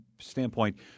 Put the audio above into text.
standpoint